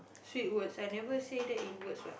shit words I never say that in words what